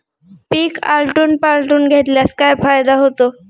पीक आलटून पालटून घेतल्यास काय फायदा होतो?